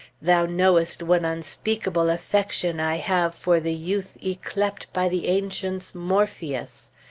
thou knowest what unspeakable affection i have for the youth yclept by the ancients morpheus.